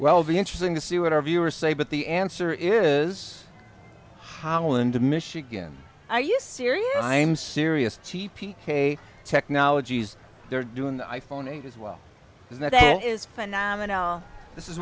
well be interesting to see what our viewers say but the answer is holland michigan are you serious i'm serious t p k technologies they're doing the i phone as well as that is phenomenal this is